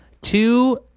two